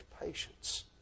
patience